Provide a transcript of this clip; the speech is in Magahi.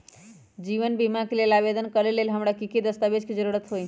जीवन बीमा के लेल आवेदन करे लेल हमरा की की दस्तावेज के जरूरत होतई?